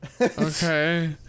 okay